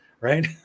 Right